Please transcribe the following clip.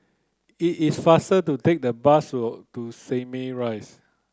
it is faster to take the bus to Simei Rise